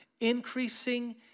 increasing